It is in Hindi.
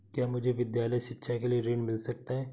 क्या मुझे विद्यालय शिक्षा के लिए ऋण मिल सकता है?